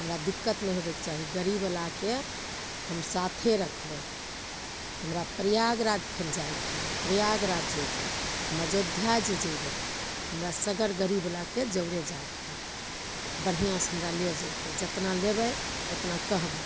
हमरा दिक्कत नहि होबैके चाही गाड़ीवलाके हम साथे रखबै हमरा प्रयागराज फेर जाइके हइ प्रयागराज जएबै हम अयोध्याजी जएबै हमरा सगर गाड़ीवलाके जरे जाइके हइ बढ़िआँसे हमरा ले जएतै जतना लेबै ओतना कहबै